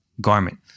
garment